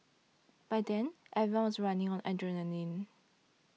by then everyone was running on adrenaline